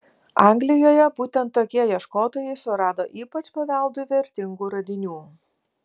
anglijoje būtent tokie ieškotojai surado ypač paveldui vertingų radinių